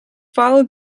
followed